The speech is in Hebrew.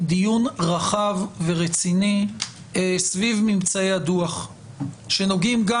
דיון רחב ורציני סביב ממצאי הדוח שנוגעים גם